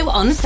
on